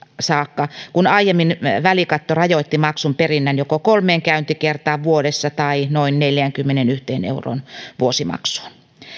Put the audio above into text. saakka kun aiemmin välikatto rajoitti maksun perinnän joko kolmeen käyntikertaan vuodessa tai noin neljänkymmenenyhden euron vuosimaksuun